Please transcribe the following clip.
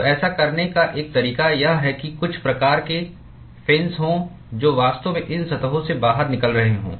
तो ऐसा करने का एक तरीका यह है कि कुछ प्रकार के फिन्स हों जो वास्तव में इन सतहों से बाहर निकल रहे हों